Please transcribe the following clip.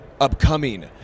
upcoming